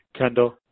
Kendall